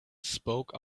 spoke